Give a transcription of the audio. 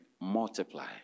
multiply